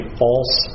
false